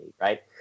right